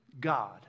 God